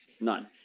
none